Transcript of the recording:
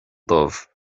dubh